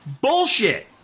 bullshit